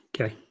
Okay